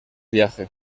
viaje